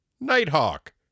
Nighthawk